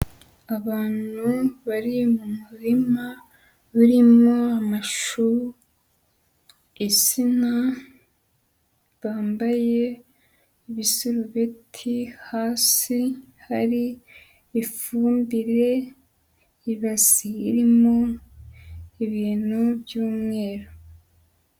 Abantu bari mu murima urimo amashu, insina, bambaye ibisirubeti, hasi hari ifumbire, ibasi irimo ibintu by'umweru.